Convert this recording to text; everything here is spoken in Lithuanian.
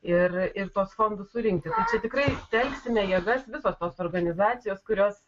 ir ir tuos fondus surinkti čia tikrai telksime jėgas visos tos organizacijos kurios